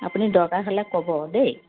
আপুনি দৰকাৰ হ'লে ক'ব